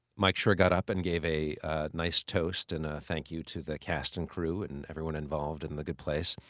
mike schur got up and gave a nice toast and a thank you to the cast and crew and everyone involved in the good place.